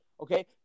okay